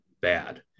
bad